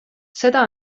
seda